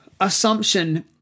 assumption